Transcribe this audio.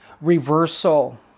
reversal